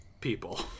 people